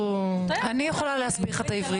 הוא --- אני יכולה להסביר לך את העברית,